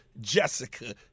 jessica